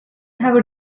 have